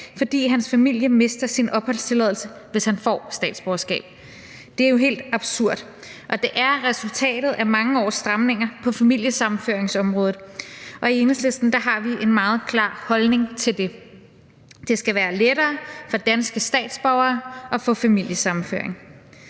fordi hans familie mister sin opholdstilladelse, hvis han får statsborgerskab. Det er jo helt absurd. Og det er resultatet af mange års stramninger på familiesammenføringsområdet. I Enhedslisten har vi en meget klar holdning til det. Det skal være lettere for danske statsborgere at få familiesammenføring.